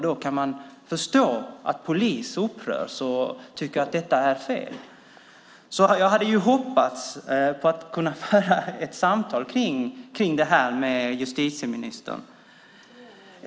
Då kan man förstå att poliser upprörs och tycker att detta är fel. Jag hade hoppats kunna föra ett samtal kring det här med justitieministern.